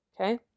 Okay